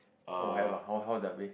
oh have ah how how their pay